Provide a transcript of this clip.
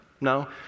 no